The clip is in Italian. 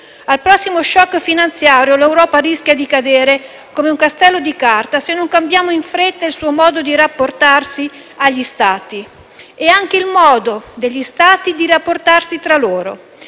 Al prossimo *choc* finanziario, l'Europa rischia di cadere come un castello di carta, se non cambiamo in fretta il suo modo di rapportarsi agli Stati e anche il modo degli Stati di rapportarsi tra loro.